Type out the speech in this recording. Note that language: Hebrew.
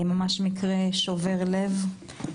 מקרה ממש שובר לב.